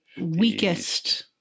weakest